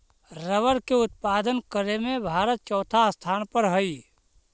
rubber के उत्पादन करे में भारत चौथा स्थान पर हई